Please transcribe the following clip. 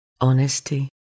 honesty